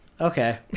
Okay